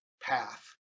path